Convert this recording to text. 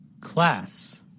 Class